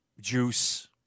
Juice